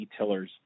detailers